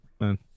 man